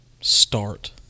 start